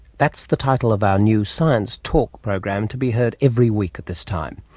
that's the title of our new science talk program to be heard every week at this time.